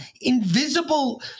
invisible